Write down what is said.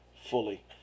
fully